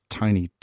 tiny